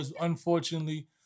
Unfortunately